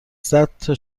صدتا